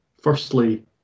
Firstly